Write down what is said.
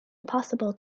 impossible